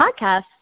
podcast